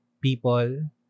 people